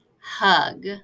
hug